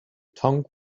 tongue